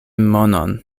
monon